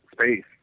space